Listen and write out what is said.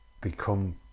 become